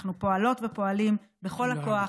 אנחנו פועלות ופועלים בכל הכוח,